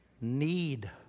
need